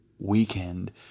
weekend